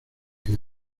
hill